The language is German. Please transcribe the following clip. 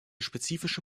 spezifische